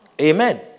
Amen